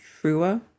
truer